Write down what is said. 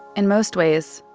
and most ways,